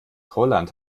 holland